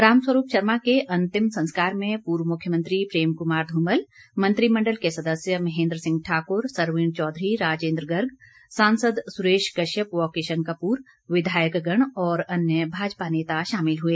रामस्वरूप शर्मा के अंतिम संस्कार में पूर्व मुख्यमंत्री प्रेम कुमार धूमल मंत्रिमण्डल के सदस्य महेन्द्र सिंह ठाकुर सरवीण चौधरी राजेन्द्र गर्ग सांसद सुरेश कश्यप व किशन कपूर विधायक गण और अन्य भाजपा नेता शामिल हुए